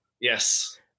Yes